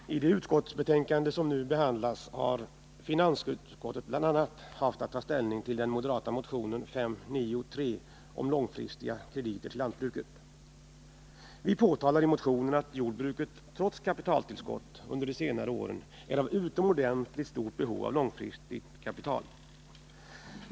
Herr talman! I det utskottsbetänkande som nu behandlas har finansutskottet bl.a. haft att ta ställning till den moderata motionen 593 om långfristiga krediter till lantbruket. Vi framhåller i motionen att jordbruket trots kapitaltillskott under senare år är i utomordentligt stort behov av långfristigt kapital.